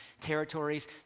territories